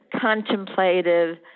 contemplative